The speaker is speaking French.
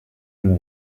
mon